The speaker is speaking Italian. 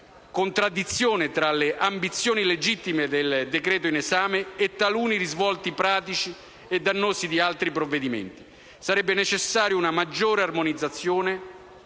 contraddizione tra le ambizioni, legittime, del decreto-legge in esame e taluni risvolti pratici e dannosi di altri provvedimenti. Sarebbe necessaria una maggiore armonizzazione